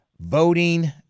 Voting